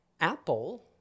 Apple